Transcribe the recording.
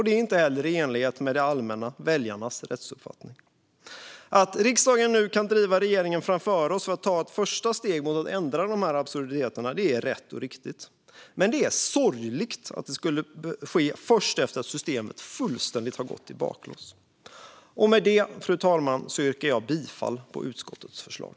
Den är inte heller i enlighet med det allmännas, väljarnas, rättsuppfattning. Att riksdagen nu kan driva regeringen framför sig mot ett första steg mot att ändra de här absurditeterna är rätt och riktigt. Men det är sorgligt att det ska ske först efter att systemet har gått fullständigt i baklås. Fru talman! Med det yrkar jag bifall till utskottets förslag.